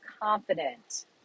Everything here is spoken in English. confident